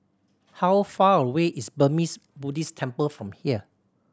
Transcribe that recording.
how far away is Burmese Buddhist Temple from here